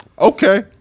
Okay